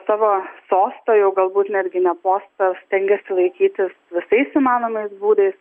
savo sosto jau galbūt netgi ne posto stengiasi laikytis visais įmanomais būdais